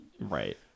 Right